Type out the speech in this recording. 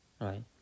right